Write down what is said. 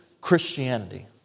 Christianity